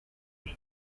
ella